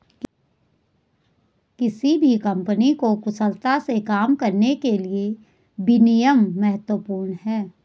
किसी भी कंपनी को कुशलता से काम करने के लिए विनियम महत्वपूर्ण हैं